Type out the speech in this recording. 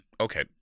okay